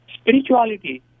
Spirituality